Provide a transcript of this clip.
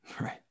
Right